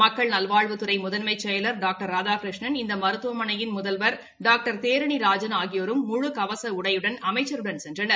மக்கள் நல்வாழ்வுத்துறை முதன்மை செயலர் டாக்டர் ராதாகிருஷ்ணன் இந்த மருத்துவமனையின் முதல்வர் டான்டர் தேரணி ராஜன் ஆகியோரும் முழு கவச உடையுடன் அமைச்சருடன் சென்றனர்